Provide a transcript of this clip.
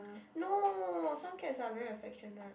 no some cats are very affectionate